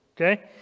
okay